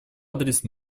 адрес